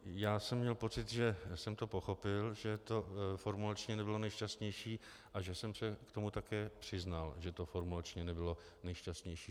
Já jsem měl pocit, že jsem to pochopil, že to formulačně nebylo nejšťastnější a že jsem se k tomu také přiznal, že to formulačně nebylo nejšťastnější.